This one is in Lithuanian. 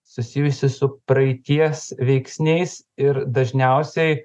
susijusi su praeities veiksniais ir dažniausiai